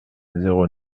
zéro